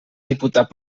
diputat